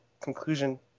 conclusion